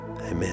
amen